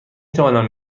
توانم